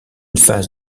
phase